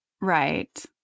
Right